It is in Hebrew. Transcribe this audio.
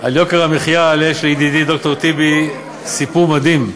על יוקר המחיה יש לידידי ד"ר טיבי סיפור מדהים.